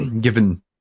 given